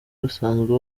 basanzwe